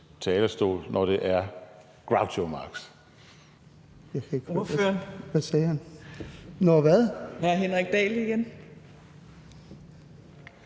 talerstol – når det er Groucho Marx.